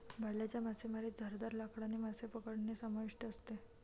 भाल्याच्या मासेमारीत धारदार लाकडाने मासे पकडणे समाविष्ट असते